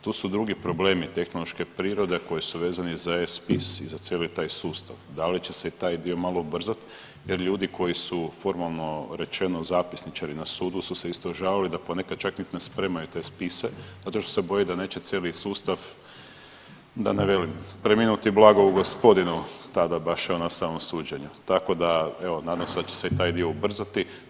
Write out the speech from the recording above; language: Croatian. Tu su drugi problemi tehnološke prirode koji su vezani za e-spis i za cijeli taj sustav, da li će se i taj dio malo ubrzat jer ljudi koji su formalno rečeno, zapisničari na sudu su se isto žalili da ponekad čak nit ne spremaju te spise zato što se boje da neće cijeli sustav da ne velim preminuti blago u gospodinu tada baš ono na samom suđenju, tako da evo nadam se da će se i taj dio ubrzati.